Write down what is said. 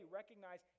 recognize